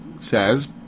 says